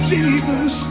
Jesus